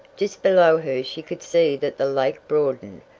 just below her she could see that the lake broadened,